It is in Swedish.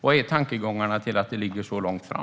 Vilka är tankegångarna i fråga om att det ligger så långt fram?